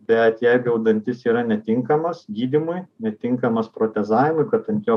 bet jeigu jau dantis yra netinkamas gydymui netinkamas protezavimui kad ant jo